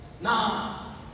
Now